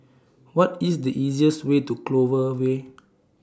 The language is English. What IS The easiest Way to Clover Way